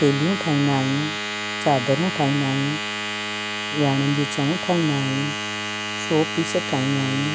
थेलियूं ठाहींदा आहियूं चादरूं ठाहींदा आहियूं विहाणनि जी छऊं ठाहींदा आहियूं शोपीस ठाहींदा आहियूं